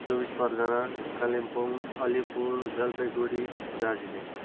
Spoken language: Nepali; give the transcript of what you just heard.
चौबिस परगना कालिम्पोङ अलिपुर जलपाइगडी दार्जिलिङ